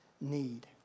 need